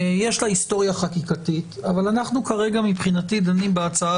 יש לה היסטוריה חקיקתית אבל אנחנו כרגע מבחינתי דנים בהצעה